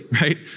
right